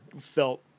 felt